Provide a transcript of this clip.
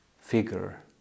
figure